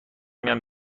میام